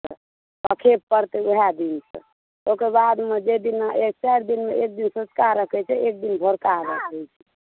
कथे पढ़तै वएह दिनसँ ओकर बाद जाहि दिना चारि दिनमे एक दिन सँझका अर्घ्य होइ छै एक दिन भोरका अर्घ्य होइ छै